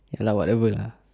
ya lah whatever lah